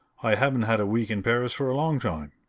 i haven't had a week in paris for a long time.